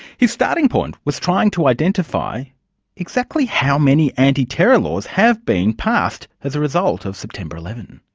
his starting point was trying to identify exactly how many anti-terror laws have been passed as a result of september eleven.